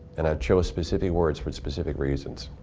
and i chose specific words for specific reasons.